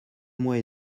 mois